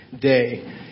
day